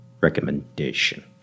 recommendation